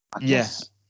Yes